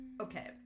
Okay